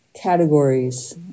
categories